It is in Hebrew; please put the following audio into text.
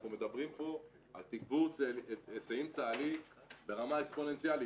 אנחנו מדברים פה על תגבור היסעים צה"לי ברמה אקספוננציאלית.